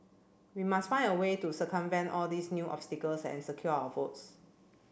we must find a way to circumvent all these new obstacles and secure our votes